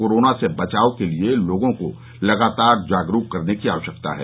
corona से बचाव के लिये लोगों को लगातार जागरूक करने की आवश्यकता है